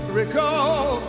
recall